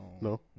No